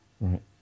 Right